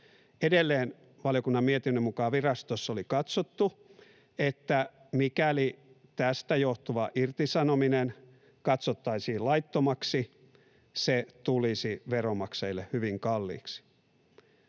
Edelleen valiokunnan mietinnön mukaan virastossa oli katsottu, että mikäli tästä johtuva irtisanominen katsottaisiin laittomaksi, se tulisi veronmaksajille hyvin kalliiksi.